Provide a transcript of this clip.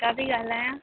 का बि ॻाल्हायां